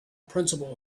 principle